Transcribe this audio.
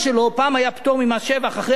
פעם היה פטור ממס שבח אחרי ארבע שנים,